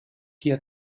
hier